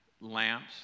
lamps